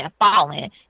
falling